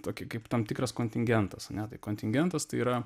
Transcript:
tokį kaip tam tikras kontingentas ane tai kontingentas tai yra